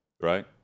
right